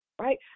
right